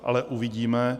Ale uvidíme.